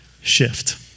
shift